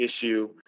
issue